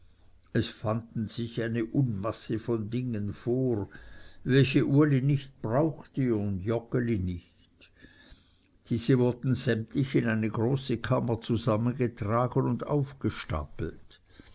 es fanden sich eine unmasse von dingen vor welche uli nicht brauchte und joggeli nicht diese wurden sämtlich in eine große kammer zusammengetragen und aufgestapelt